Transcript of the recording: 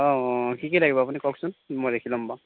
অঁ অঁ কি কি লাগিব আপুনি কওকচোন মই লিখি ল'ম বাৰু